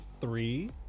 three